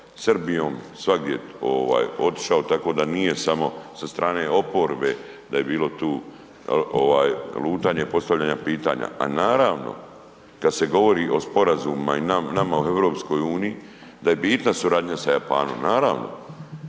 Srbijom, svagdje ovaj otišao, tako da nije samo sa strane oporbe da je bilo tu ovaj lutanja i postavljanja pitanja, a naravno kad se govori o sporazumu i nama o EU da je bitna suradnja sa Japanom. Naravno,